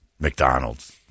McDonald's